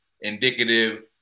indicative